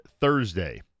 Thursday